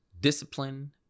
discipline